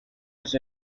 was